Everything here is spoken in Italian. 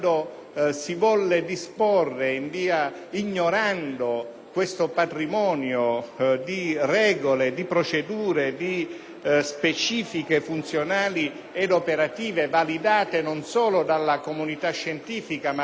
un patrimonio di regole, di procedure, di specifiche funzionali ed operative, validate non solo dalla comunità scientifica, ma fatte proprie dal Dipartimento della protezione civile,